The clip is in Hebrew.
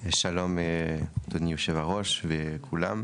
שלום, אדוני יושב הראש וכולם,